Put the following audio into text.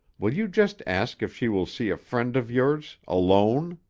will you just ask if she will see a friend of yours alone?